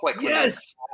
Yes